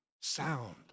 sound